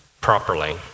properly